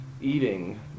eating